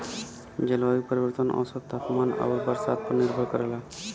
जलवायु परिवर्तन औसत तापमान आउर बरसात पर निर्भर करला